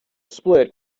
split